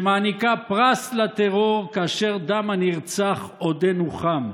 שמעניקה פרס לטרור כאשר דם הנרצח עודנו חם.